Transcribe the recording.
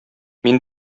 мин